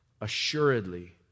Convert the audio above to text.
Assuredly